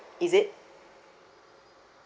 is it